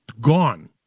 gone